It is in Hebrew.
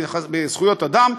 בזכויות אדם,